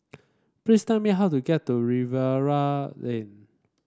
please tell me how to get to Lane